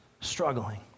struggling